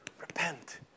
Repent